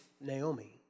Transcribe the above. Naomi